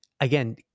again